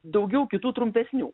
daugiau kitų trumpesnių